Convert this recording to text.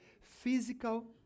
Physical